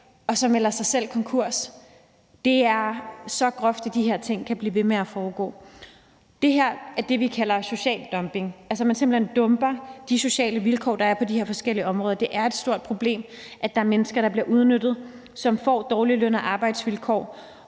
og melder sig selv konkurs. Det er så groft, at de her ting kan blive ved med at foregå. Det her er det, vi kalder social dumping, altså at man simpelt hen dumper de sociale vilkår, der er på de forskellige områder. Det er et stort problem, at der er mennesker, der bliver udnyttet, og som får dårlige løn- og arbejdsvilkår,